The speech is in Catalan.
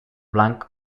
blanc